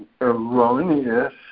erroneous